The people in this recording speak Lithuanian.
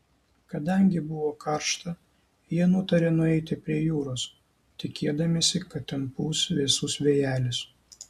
kadangi buvo karšta jie nutarė nueiti prie jūros tikėdamiesi kad ten pūs vėsus vėjelis